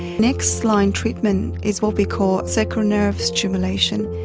next-line treatment is what we call sacral nerve stimulation.